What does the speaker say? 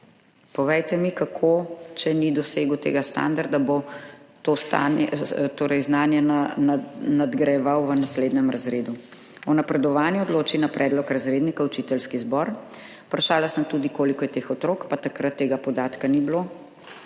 Povejte mi kako, če ni dosegel tega standarda, bo to znanje nadgrajeval v naslednjem razredu? O napredovanju odloči na predlog razrednika učiteljski zbor. Vprašala sem tudi, koliko je teh otrok, pa takrat tega podatka ni bilo.